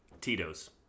Tito's